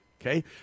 Okay